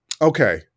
Okay